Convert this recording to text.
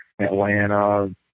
Atlanta